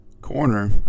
corner